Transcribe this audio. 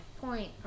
point